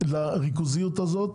לריכוזיות הזו,